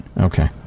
Okay